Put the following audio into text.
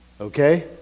Okay